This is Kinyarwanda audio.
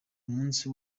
umunsi